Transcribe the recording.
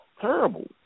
terrible